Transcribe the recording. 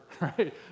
right